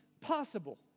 possible